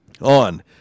On